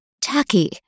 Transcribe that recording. tacky